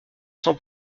sans